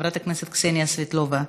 חברת הכנסת קסניה סבטלובה,